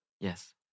Yes